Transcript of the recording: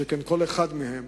שכן כל אחד מהם,